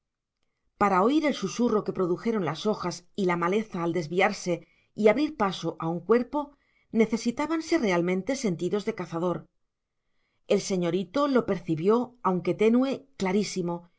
para oír el susurro que produjeron las hojas y la maleza al desviarse y abrir paso a un cuerpo necesitábanse realmente sentidos de cazador el señorito lo percibió aunque tenue clarísimo